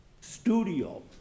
studio